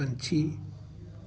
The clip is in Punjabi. ਪੰਛੀ